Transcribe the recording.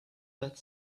that